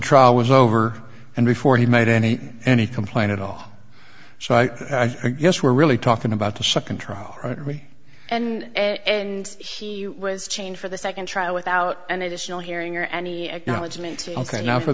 trial was over and before he made any any complaint at all so i think yes we're really talking about the second trial right away and he was changed for the second trial without an additional hearing or any acknowledgment ok now for